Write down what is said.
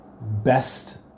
best